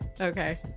okay